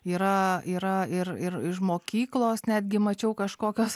yra yra ir ir ir mokyklos netgi mačiau kažkokios